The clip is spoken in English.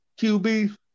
QB